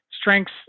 strengths